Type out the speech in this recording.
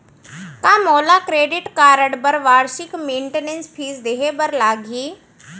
का मोला credit card बर वार्षिक मेंटेनेंस फीस देहे बर लागही?